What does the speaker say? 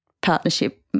partnership